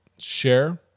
Share